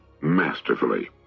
masterfully